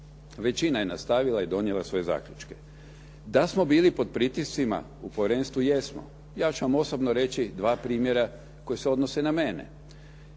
Većina je nastavila i donijela svoje zaključke. Da smo bili pod pritiscima u povjerenstvu, jesmo. Ja ću vam osobno reći dva primjera koji se odnose na mene.